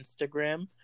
instagram